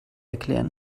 erklären